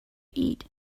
eat